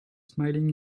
smiling